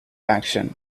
action